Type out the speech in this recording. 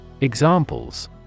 Examples